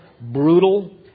brutal